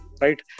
right